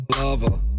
lover